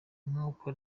nkuko